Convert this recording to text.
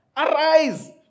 Arise